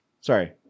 sorry